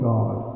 God